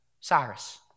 Cyrus